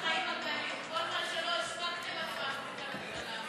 כל זמן שלא השתקתם אותו אז הוא מדבר.